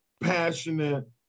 passionate